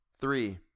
Three